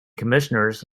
commissioners